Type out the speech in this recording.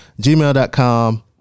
gmail.com